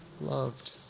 loved